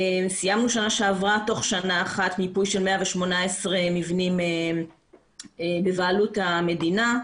סיימנו שנה שעברה תוך שנה אחת מיפוי של 118 מבנים בבעלות המדינה.